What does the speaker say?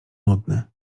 nudny